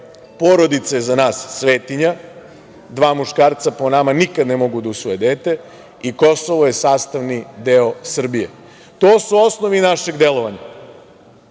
porodica je za nas svetinja, dva muškarca, po nama, nikad ne mogu da usvoje dete i Kosovo je sastavni deo Srbije. To su osnovi našeg delovanja. Dođite